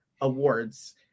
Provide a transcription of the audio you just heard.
awards